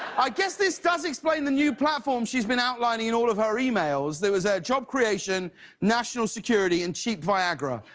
i guess this does explain the new platform she's been outlining in all of her e-mails. there was a job creation national security and cheap vying ra,